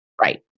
right